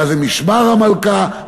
מה זה משמר המלכה,